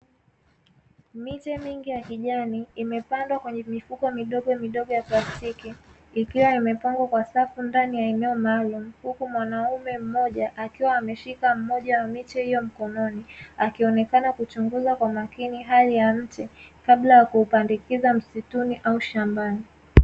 Miche mingi ya kijani imepandwa kwenye mifuko midogo midogo ya plastiki ikiwa imepangwa kwa safu ndani ya eneo maalumu, huku mwanaume mmoja akiwa ameshika mmoja wa miche hiyo mkononi akionekana kuchunguza kwa makini hali ya mti kabla ya kuupandikiza msituni au shambani.